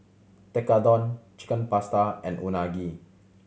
Tekkadon Chicken Pasta and Unagi